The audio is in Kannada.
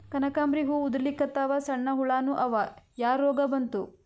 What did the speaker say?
ಕನಕಾಂಬ್ರಿ ಹೂ ಉದ್ರಲಿಕತ್ತಾವ, ಸಣ್ಣ ಹುಳಾನೂ ಅವಾ, ಯಾ ರೋಗಾ ಬಂತು?